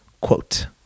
quote